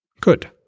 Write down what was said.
Good